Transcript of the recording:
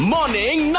Morning